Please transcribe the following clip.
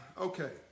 okay